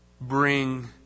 bring